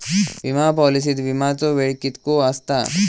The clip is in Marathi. विमा पॉलिसीत विमाचो वेळ कीतको आसता?